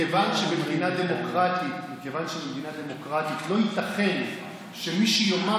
מכיוון שבמדינה דמוקרטית לא ייתכן שמי שיאמר